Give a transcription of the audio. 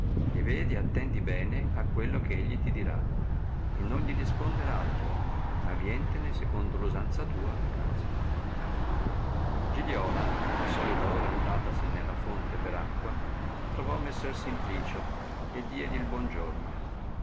e vedi e attendi bene a quello che egli ti dirà e non gli risponder altro ma vientene secondo l usanza tua a casa giliola alla solita ora andatasene alla fonte per acqua trovò messer simplicio e diegli il buon giorno